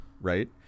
right